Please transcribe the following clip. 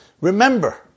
Remember